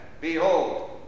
Behold